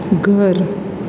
ઘર